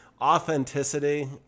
authenticity